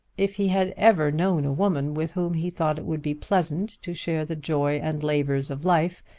if he had ever known a woman with whom he thought it would be pleasant to share the joy and labours of life,